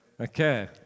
Okay